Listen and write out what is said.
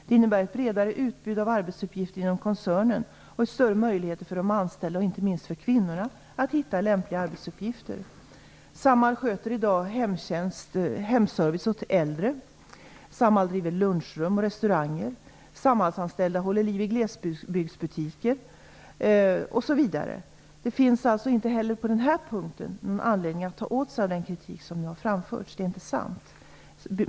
Det innebär ett bredare utbud av arbetsuppgifter inom koncernen och större möjligheter för de anställda, och inte minst för kvinnorna, att hitta lämpliga arbetsuppgifter. Samhall sköter i dag hemservice åt äldre. Samhall driver lunchrum och restauranger. Samhallsanställda håller liv i glesbygdsbutiker osv. Det finns alltså inte heller på denna punkt någon anledning att ta åt sig av den kritik som nu har framförts. Den är inte sann.